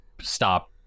stop